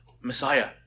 Messiah